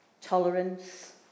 tolerance